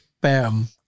Bam